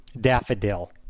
daffodil